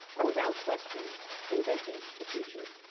are without question inventing the future.